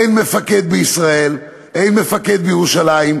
אין מפקד בישראל, אין מפקד בירושלים.